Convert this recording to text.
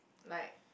like